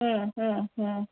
ಹ್ಞೂಂ ಹ್ಞೂಂ ಹ್ಞೂಂ